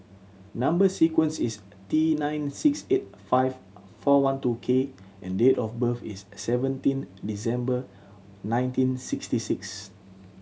number sequence is T nine six eight five four one two K and date of birth is seventeen December nineteen sixty six